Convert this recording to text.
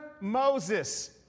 Moses